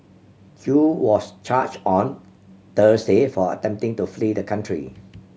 Chew was charge on Thursday for attempting to flee the country